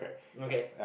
okay